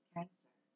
Cancer